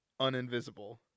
uninvisible